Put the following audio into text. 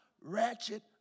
ratchet